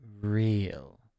real